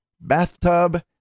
bathtub